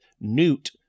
Newt